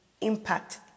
impact